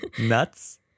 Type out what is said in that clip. Nuts